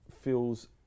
feels